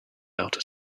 outer